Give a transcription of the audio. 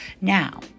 Now